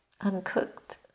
uncooked